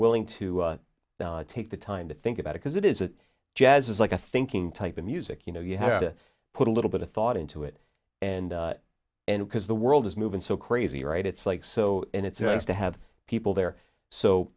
willing to take the time to think about because it is that jazz is like a thinking type of music you know you have to put a little bit of thought into it and and because the world is moving so crazy right it's like so and it's nice to have people there so